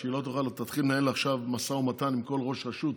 כדי שהיא לא תתחיל לנהל משא ומתן עם כל ראש רשות.